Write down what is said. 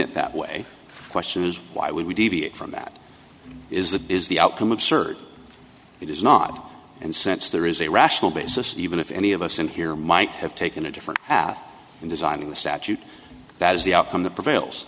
it that way question is why would we deviate from that is the biz the outcome absurd it is not and since there is a rational basis even if any of us in here might have taken a different path in designing the statute that is the outcome that prevails